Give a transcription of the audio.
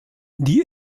die